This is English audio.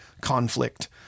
conflict